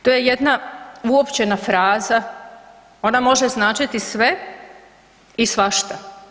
To je jedna uopćena fraza, ona može značiti sve i svašta.